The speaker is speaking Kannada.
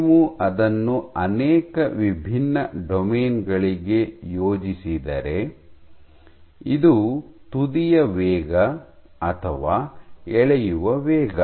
ನೀವು ಅದನ್ನು ಅನೇಕ ವಿಭಿನ್ನ ಡೊಮೇನ್ ಗಳಿಗೆ ಯೋಜಿಸಿದರೆ ಇದು ತುದಿಯ ವೇಗ ಅಥವಾ ಎಳೆಯುವ ವೇಗ